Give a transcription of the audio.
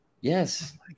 Yes